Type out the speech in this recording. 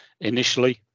initially